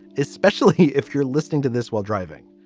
especially if you're listening to this while driving